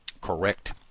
correct